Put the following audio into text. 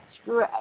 screw